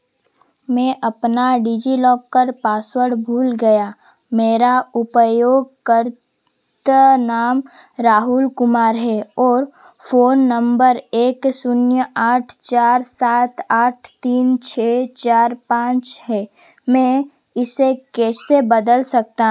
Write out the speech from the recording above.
मैं अपना DigiLocker password भूल गया मेरा उपयोगकर ता नाम राहुल कुमार है ओर फ़ोन नंबर एक शून्य आठ चार सात आठ तीन छः चार पाँच है मैं इसे कैसे बदल सकता